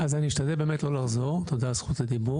אז אני אשתדל באמת לא לחזור, תודה על זכות הדיבור.